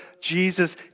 Jesus